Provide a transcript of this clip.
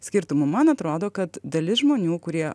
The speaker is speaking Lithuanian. skirtumų man atrodo kad dalis žmonių kurie